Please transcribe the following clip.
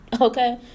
Okay